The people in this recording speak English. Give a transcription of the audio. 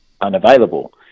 unavailable